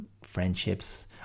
friendships